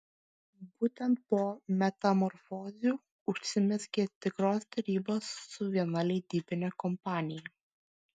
būtent po metamorfozių užsimezgė tikros derybos su viena leidybine kompanija